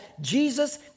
Jesus